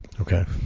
Okay